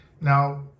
Now